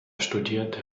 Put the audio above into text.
studierte